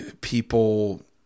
people